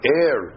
air